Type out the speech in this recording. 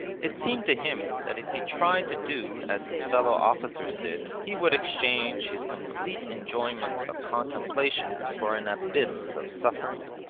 it seemed to him that if he tried to do as his fellow officers did, he would exchange his complete enjoyment of contemplation for an abyss of suffering,